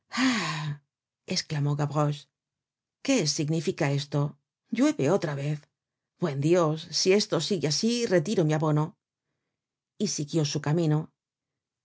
esclamó gavroche qué significa esto llueve otra vez buen dios si esto sigue asi retiro mi abono y siguió su camino es